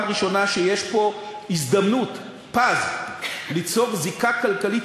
בפעם הראשונה יש פה הזדמנות פז ליצור זיקה כלכלית